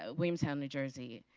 ah wanestown, new jersey.